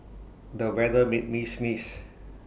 the weather made me sneeze